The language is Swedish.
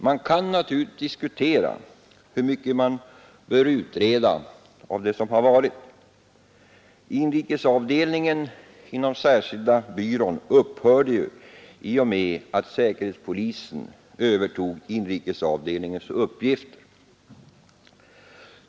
Man kan naturligtvis diskutera hur mycket man bör utreda av det som varit. Inrikesavdelningen inom särskilda byrån upphörde ju i och med att säkerhetspolisen övertog inrikesavdelningens uppgifter.